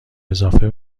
اضافه